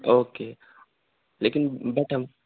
او کے لیکن بٹ ہم